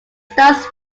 stars